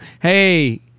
hey